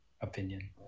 opinion